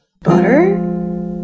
Butter